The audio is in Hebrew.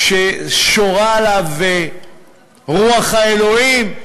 כששורה עליו רוח האלוהים,